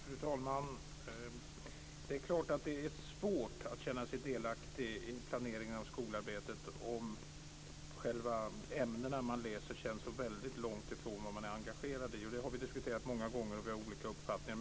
Fru talman! Det är klart att det är svårt att känna sig delaktig i planeringen av skolarbetet om ämnena som man läser känns väldigt långt ifrån det som man är engagerad i. Det har vi diskuterat många gånger och där har vi olika uppfattningar.